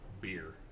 beer